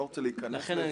אני לא רוצה להיכנס לזה.